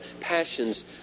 passions